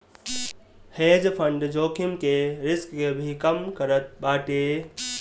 hedge fund जोखिम के risk के भी कम करत बाटे